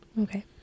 Okay